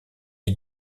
est